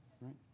right